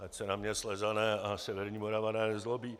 Ať se na mě Slezané a severní Moravané nezlobí.